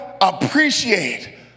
appreciate